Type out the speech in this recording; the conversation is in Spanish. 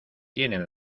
tienen